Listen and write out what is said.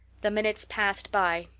the minutes passed by,